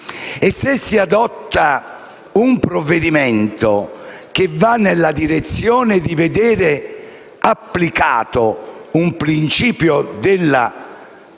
E, se si adotta un provvedimento che va nella direzione di vedere applicato un principio della